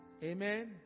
Amen